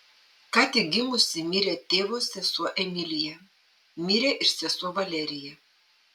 ką tik gimusi mirė tėvo sesuo emilija mirė ir sesuo valerija